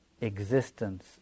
existence